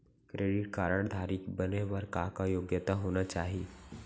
Credit card धारी बने बर का का योग्यता होना चाही?